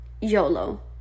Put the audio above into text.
yolo